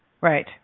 Right